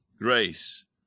grace